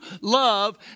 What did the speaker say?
love